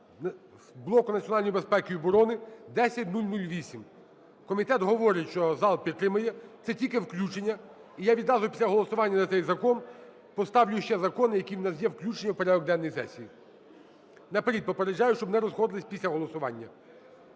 блоку Національної безпеки і оборони - 10008. Комітет говорить, що зал підтримує. Це тільки включення. І я відразу після голосування за цей закон поставлю ще закони, які у нас є включені в порядок денний сесії. Наперед попереджаю, щоб не розходились після голосування.